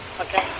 Okay